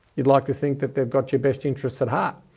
you'd like to think that they've got your best interests at heart.